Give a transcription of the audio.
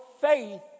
faith